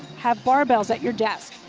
have barbells at your desk.